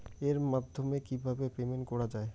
এর মাধ্যমে কিভাবে পেমেন্ট করা য়ায়?